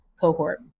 cohort